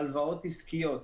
הלוואות עסקיות,